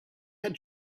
had